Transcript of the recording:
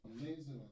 Amazing